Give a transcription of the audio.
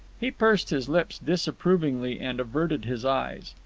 he pursed his lips disapprovingly and averted his eyes.